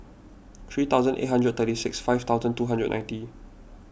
three thousand eight hundred and thirty six five thousand two hundred and ninety